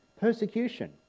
persecution